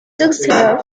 succeeded